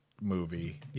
movie